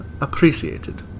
appreciated